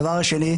הדבר השני,